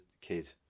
kid